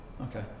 Okay